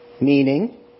meaning